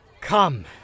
Come